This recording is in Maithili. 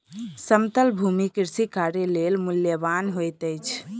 समतल भूमि कृषि कार्य लेल मूल्यवान होइत अछि